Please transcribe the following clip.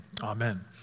Amen